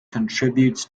contributes